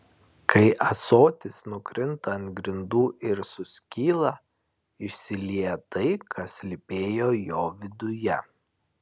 kai ąsotis nukrinta ant grindų ir suskyla išsilieja tai kas slypėjo jo viduje